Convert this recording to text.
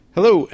Hello